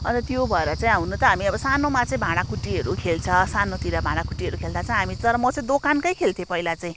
अन्त त्यो भएर चाहिँ हुन त हामी सानोमा चाहिँ भाँडाकुटीहरू खेल्छ सानोतिर भाँडाकुटीहरू खेल्दा चाहिँ तर म चाहिँ दोकानकै खेल्थेँ पहिला चाहिँ